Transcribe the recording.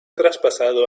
traspasado